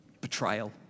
betrayal